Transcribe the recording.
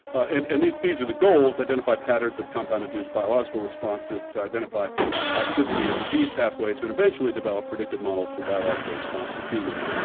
and and these these are the goals identify patterns of compound-induced biological response, to to identify the toxicity or disease pathways, and eventually develop predictive models for biological response in humans.